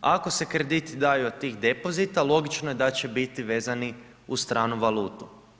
ako se krediti daju od tih depozita, logično je da će biti vezani uz stranu valutu.